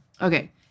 Okay